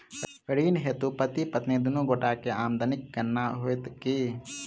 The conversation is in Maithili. ऋण हेतु पति पत्नी दुनू गोटा केँ आमदनीक गणना होइत की?